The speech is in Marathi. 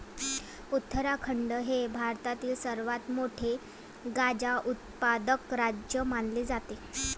उत्तराखंड हे भारतातील सर्वात मोठे गांजा उत्पादक राज्य मानले जाते